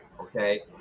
okay